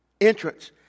entrance